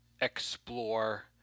explore